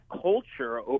culture